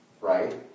right